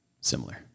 similar